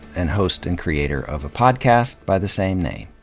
and host and creator of a podcast by the same name,